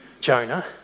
Jonah